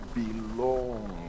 belong